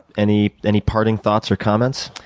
any any parting thoughts or comments?